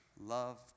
Love